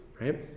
right